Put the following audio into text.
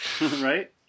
Right